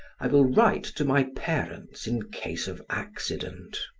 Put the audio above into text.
i will write to my parents, in case of accident.